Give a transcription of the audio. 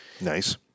Nice